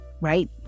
right